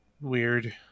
Weird